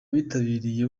abitabiriye